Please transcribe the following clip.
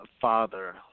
father